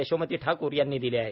यशोमती ठाकूर यांनी दिले आहेत